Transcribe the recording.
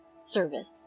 service